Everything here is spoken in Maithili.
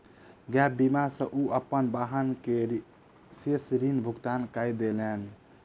गैप बीमा सॅ ओ अपन वाहन के शेष ऋण भुगतान कय देलैन